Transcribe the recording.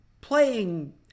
playing